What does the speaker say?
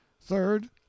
Third